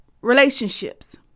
relationships